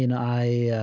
and i, yeah